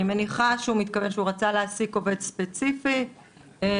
אני מניחה שהוא מתכוון שהוא רצה להעסיק עובד ספציפי שלא